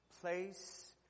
Place